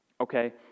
Okay